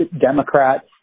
Democrats